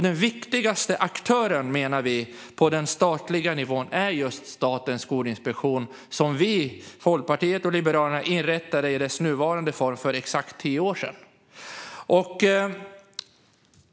Den viktigaste aktören, menar vi, på den statliga nivån är just Statens skolinspektion som vi, Folkpartiet som senare blev Liberalerna, inrättade i dess nuvarande form för exakt tio år sedan.